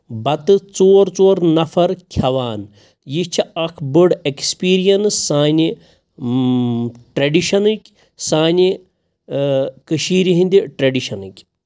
بَتہٕ ژور ژور نفر کھٮ۪وان یہِ چھِ اَکھ بٔڑ ایٚکسپیٖریَنٕس سانہِ ٹرٛیڈِشَنٕکۍ سانہِ کٔشیٖرِ ہِنٛدِ ٹرٛیڈِشَنٕکۍ